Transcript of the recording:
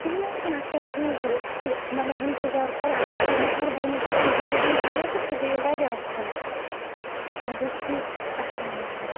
کِہِیٖنۍ نہ حظ چھُ نہٕ اَدٕ کیاہ ٹھیک گوٚو أسۍ چھِ مَطلَب اِنتِظار کَران اگر تُہۍ مہربٲنی کٔرِتھ جَلدی یِیِو تہٕ سُہ گٔیے واریاہ اصل اَدٕ حط ٹھیک چھُ السلامُ علیکُم